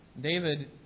David